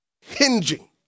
hinging